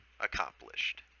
accomplished